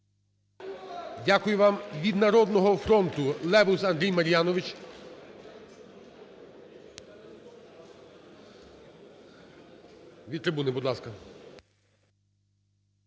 Дякую вам. Від "Народного фронту"